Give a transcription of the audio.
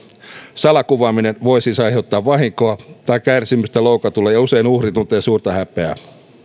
salakuvaaminen voi siis aiheuttaa vahinkoa tai kärsimystä loukatulle ja usein uhri tuntee suurta häpeää